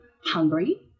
hungry